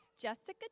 Jessica